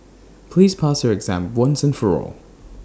please pass your exam once and for all